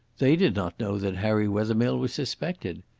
they did not know that harry wethermill was suspected.